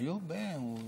איוב הוא שם,